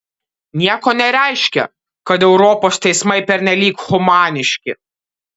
nieko nereiškia kad europos teismai pernelyg humaniški